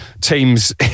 teams